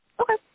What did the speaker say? Okay